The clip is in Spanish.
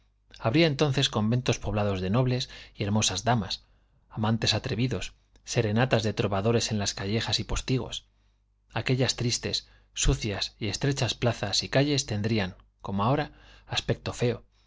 habría entonces conventos poblados de nobles y hermosas damas amantes atrevidos serenatas de trovadores en las callejas y postigos aquellas tristes sucias y estrechas plazas y calles tendrían como ahora aspecto feo